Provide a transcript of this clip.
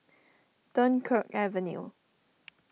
Dunkirk Avenue